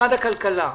משרד הכלכלה,